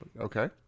Okay